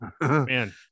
man